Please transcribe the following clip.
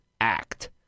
Act